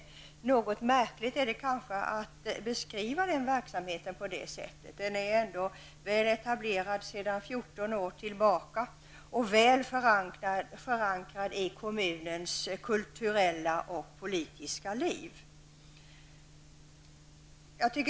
Men jag tycker nog att det är något märkligt att beskriva verksamheten på det sättet. Den här verksamheten är ändå väl etablerad sedan 14 år tillbaka, och den är väl förankrad i det kulturella och politiska livet i kommunen.